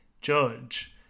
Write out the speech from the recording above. judge